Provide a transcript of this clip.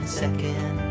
second